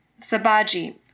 sabaji